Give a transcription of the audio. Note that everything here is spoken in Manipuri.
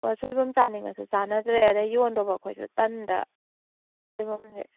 ꯑꯣ ꯁꯣꯏꯕꯨꯝ ꯆꯥꯅꯤꯡꯉꯁꯨ ꯆꯥꯟꯅꯗ꯭ꯔꯦ ꯑꯗꯩ ꯌꯣꯟꯗꯧꯕ ꯑꯩꯈꯣꯏꯁꯨ ꯇꯟꯗꯅ ꯁꯣꯏꯕꯨꯝꯁꯦ